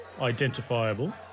identifiable